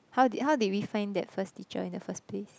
how did how did we find that first teacher in the first place